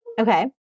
Okay